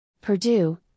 Purdue